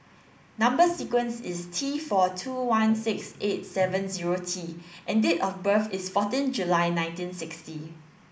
number sequence is T four two one six eight seven zero T and date of birth is fourteen July nineteen sixty